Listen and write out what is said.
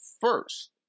first